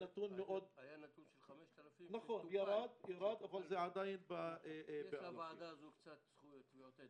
היה נתון של 5,000. יש לוועדה הזאת קצת זכויות.